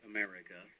America